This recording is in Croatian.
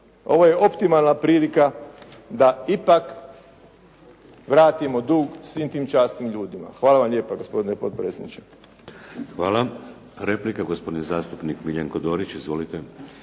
Ovo je optimalna prilika da ipak vratimo dug svim tim časnim ljudima. Hvala vam lijepa gospodine potpredsjedniče. **Šeks, Vladimir (HDZ)** Hvala. Replika, gospodin zastupnik Miljenko Dorić. Izvolite.